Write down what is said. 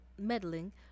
meddling